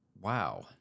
Wow